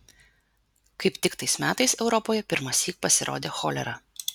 kaip tik tais metais europoje pirmąsyk pasirodė cholera